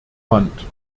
wand